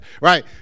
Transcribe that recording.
right